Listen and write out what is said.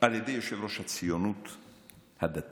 על ידי יושב-ראש הציונות הדתית.